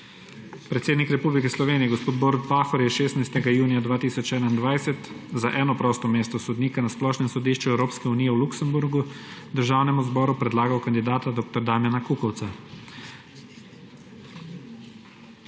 Predsednik Republike Slovenije gospod Borut Pahor je 16. junija 2021 za eno prosto mesto sodnika na Splošnem sodišču Evropske unije v Luksemburgu Državnemu zboru predlagal kandidata dr. Damjana Kukovca.